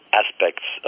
aspects